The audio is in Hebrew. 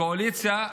הקואליציה,